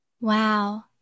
Wow